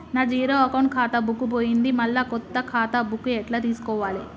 నా zero account ఖాతా book పోయింది మళ్ళా కొత్త ఖాతా బుక్కు ఎట్ల తీసుకోవాలే?